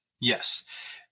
Yes